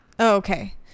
Okay